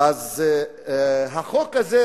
לענייננו, החוק הזה,